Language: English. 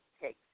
take